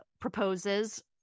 proposes